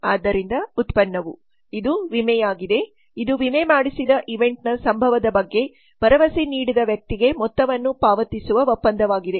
ಆದ್ದರಿಂದ ಉತ್ಪನ್ನವು ಇದು ವಿಮೆಯಾಗಿದೆ ಇದು ವಿಮೆ ಮಾಡಿಸಿದ ಈವೆಂಟ್ನ ಸಂಭವದ ಬಗ್ಗೆ ಭರವಸೆ ನೀಡಿದ ವ್ಯಕ್ತಿಗೆ ಮೊತ್ತವನ್ನು ಪಾವತಿಸುವ ಒಪ್ಪಂದವಾಗಿದೆ